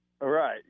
Right